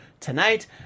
Tonight